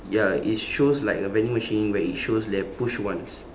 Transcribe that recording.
ya it shows like a vending machine where it shows there push once